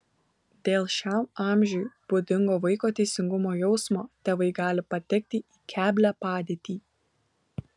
dėl šiam amžiui būdingo vaiko teisingumo jausmo tėvai gali patekti į keblią padėtį